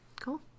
cool